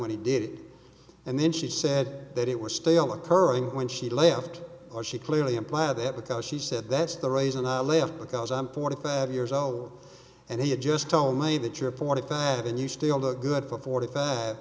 t he did and then she said that it was still occurring when she left or she clearly imply that because she said that's the reason i left because i'm forty five years old and he had just tell me that you're forty five and you still look good for forty five